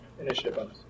initiative